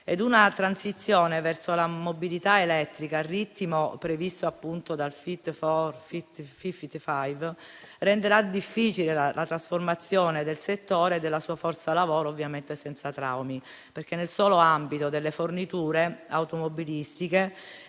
Una transizione verso la mobilità elettrica al ritmo previsto dal "Fit for 55" renderà ovviamente difficile la trasformazione del settore e della sua forza lavoro senza traumi, perché nel solo ambito delle forniture automobilistiche